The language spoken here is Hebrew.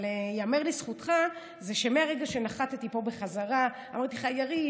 אבל ייאמר לזכותך שמהרגע שנחתי פה בחזרה אמרתי לך: יריב,